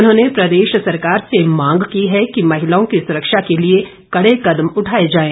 उन्होंने प्रदेश सरकार से मांग की है कि महिलाओं की सुरक्षा के लिए कड़े कदम उठाए जाएं